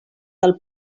del